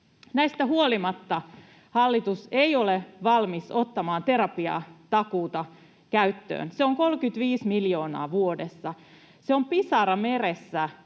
Näistä huolimatta hallitus ei ole valmis ottamaan terapiatakuuta käyttöön. Se on 35 miljoonaa vuodessa. Se on pisara meressä